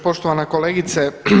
Poštovana kolegice.